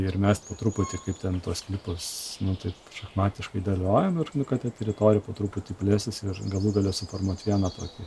ir mes po truputį kaip ten tuos sklypus nu taip šachmatiškai dėliojam irgi kad ta teritorija po truputį plėsis ir galų gale suformuot vieną tokį